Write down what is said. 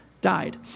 died